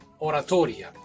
Oratoria